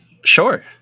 Sure